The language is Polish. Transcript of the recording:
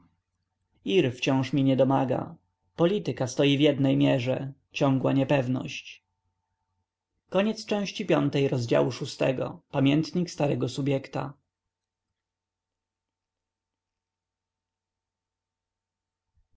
ir wciąż mi niedomaga polityka stoi w jednej mierze ciągła niepewność